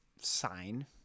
sign